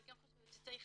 אני חושבת שצריך